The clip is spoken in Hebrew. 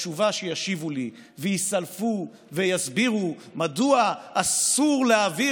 בתשובה שישיבו לי ויסלפו ויסבירו מדוע אסור להעביר